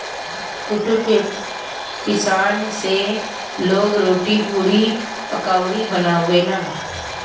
कुटू के पिसान से लोग रोटी, पुड़ी, पकउड़ी बनावेला